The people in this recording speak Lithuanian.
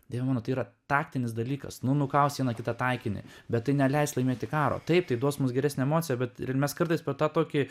dieve mano tai yra taktinis dalykas nu nukaus vieną kitą taikinį bet tai neleis laimėti karo taip tai duos mums geresnę emociją bet mes kartais per tą tokį